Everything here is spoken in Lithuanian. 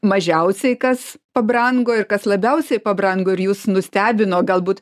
mažiausiai kas pabrango ir kas labiausiai pabrango ir jus nustebino galbūt